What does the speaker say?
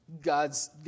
God's